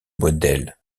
modèles